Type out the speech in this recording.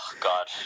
God